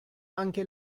anche